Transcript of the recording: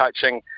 coaching